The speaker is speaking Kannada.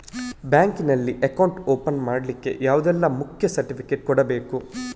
ಬ್ಯಾಂಕ್ ನಲ್ಲಿ ಅಕೌಂಟ್ ಓಪನ್ ಮಾಡ್ಲಿಕ್ಕೆ ಯಾವುದೆಲ್ಲ ಮುಖ್ಯ ಸರ್ಟಿಫಿಕೇಟ್ ಕೊಡ್ಬೇಕು?